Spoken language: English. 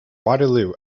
waterloo